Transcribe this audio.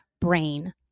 brain